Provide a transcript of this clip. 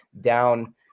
down